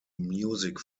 music